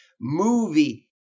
movie